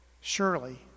surely